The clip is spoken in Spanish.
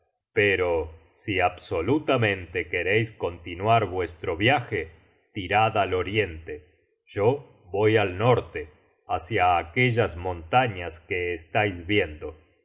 pero si absolutamente quereis continuar vuestro viaje tirad al oriente yo voy al norte háeia aquellas montañas que estais viendo